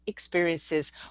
experiences